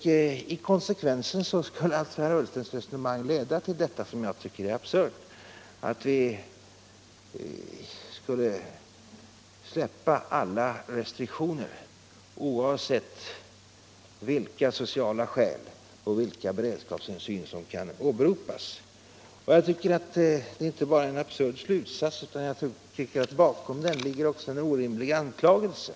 En konsekvens av herr Ullstens resonemang blir någonting som jag tycker är absurt, nämligen att vi skulle släppa alla restriktioner, oavsett vilka sociala skäl och vilka beredskapshänsyn som kan åberopas. Jag debatt och valutapolitisk debatt tycker inte bara att det är en absurd slutsats, utan att bakom den också ligger en orimlig anklagelse.